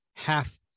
half